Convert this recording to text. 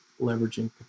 leveraging